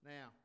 Now